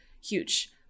huge